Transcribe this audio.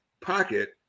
pocket